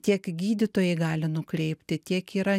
tiek gydytojai gali nukreipti tiek yra